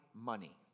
money